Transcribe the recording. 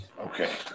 Okay